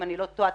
אם אני לא טועה,